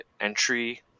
entry